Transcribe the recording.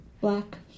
black